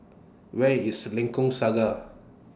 Where IS Lengkok Saga